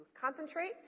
concentrate